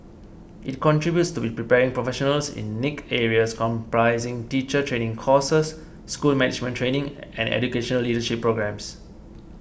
it contributes to be preparing professionals in niche areas comprising teacher training courses school management training and educational leadership programmes